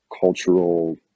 cultural